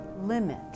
limit